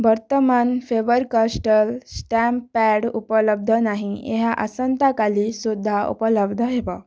ବର୍ତ୍ତମାନ Faber Castell stamp pad ଉପଲବ୍ଧ ନାହିଁ ଏହା ଆସନ୍ତା କାଲି ସୁଦ୍ଧା ଉପଲବ୍ଧ ହେବ